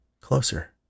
closer